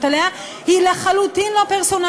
הנוספות החתומות עליה היא לחלוטין לא פרסונלית,